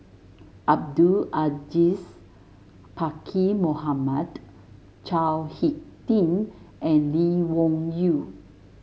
Abdul Aziz Pakkeer Mohamed Chao HicK Tin and Lee Wung Yew